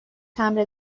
تمبر